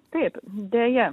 taip deja